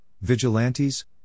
Vigilantes